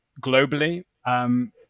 globally